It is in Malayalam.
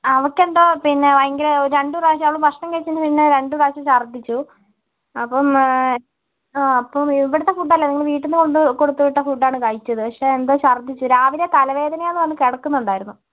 അവൾക്ക് എന്തോ പിന്നെ ഭയങ്കര ഒരു രണ്ട് പ്രാവശ്യം അവള് ഭക്ഷണം കഴിച്ചതിന് പിന്നെ രണ്ട് പ്രാവശ്യം ഛർദ്ദിച്ചു അപ്പം അപ്പം ഇവിടുത്തെ ഫുഡ് അല്ല വീട്ടിൽ നിന്ന് കൊണ്ട് കൊടുത്ത് വിട്ട ഫുഡ് ആണ് കഴിച്ചത് പക്ഷെ എന്തോ ഛർദ്ദിച്ചു രാവിലെ തലവേദനയാണെന്ന് പറഞ്ഞ് കിടക്കുന്നുണ്ടായിരുന്നു